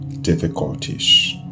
difficulties